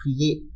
create